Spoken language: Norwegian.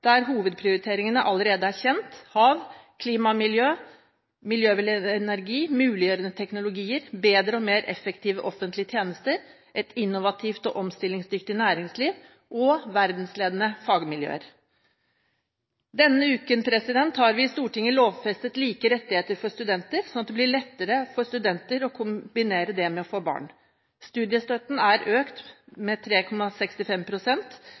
der hovedprioriteringene allerede er kjent: hav, klima, miljø og miljøvennlig energi, muliggjørende teknologier, bedre og mer effektive offentlige tjenester, et innovativt og omstillingsdyktig næringsliv og verdensledende fagmiljøer. Denne uken har vi i Stortinget lovfestet like rettigheter for studenter slik at det blir lettere å kombinere studier med det å få barn. Studiestøtten er økt